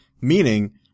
Meaning